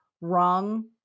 Wrong